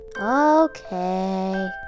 Okay